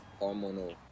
hormonal